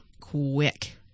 quick